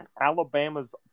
Alabama's